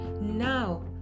Now